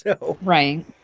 Right